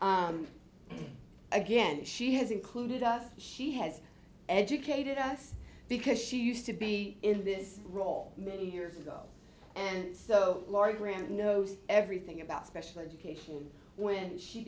and again she has included us she has educated us because she used to be in this role many years ago and so lori grant knows everything about special education when she